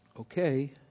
okay